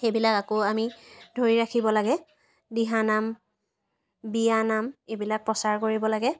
সেইবিলাক আকৌ আমি ধৰি ৰাখিব লাগে দিহা নাম বিয়া নাম এইবিলাক প্ৰচাৰ কৰিব লাগে